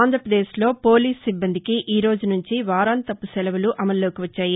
ఆంధ్రాపదేశ్లో పోలీస్ సిబ్బందికి ఈరోజు నుంచి వారాంతపు శెలవులు అమల్లోకి వచ్చాయి